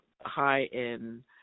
high-end